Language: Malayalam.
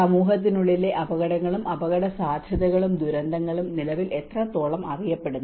സമൂഹത്തിനുള്ളിലെ അപകടങ്ങളും അപകടസാധ്യതകളും ദുരന്തങ്ങളും നിലവിൽ എത്രത്തോളം അറിയപ്പെടുന്നു